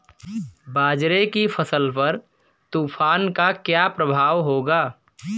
बाजरे की फसल पर तूफान का क्या प्रभाव होगा?